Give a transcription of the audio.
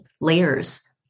layers